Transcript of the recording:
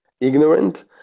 ignorant